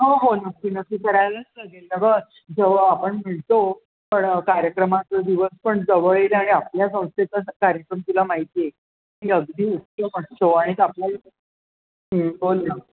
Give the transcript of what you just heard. हो हो नक्की नक्की करायलाच लागेल ना गं जेव्हा आपण म्हणतो पण कार्यक्रमाचे दिवस पण जवळ येईल आणि आपल्या संस्थेचं कार्यक्रम तुला माहिती आहे की अगदी उत्तम असतो आणि आपल्यालाच बोल ना